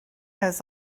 has